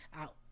out